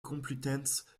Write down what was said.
complutense